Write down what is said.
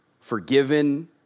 forgiven